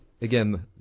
again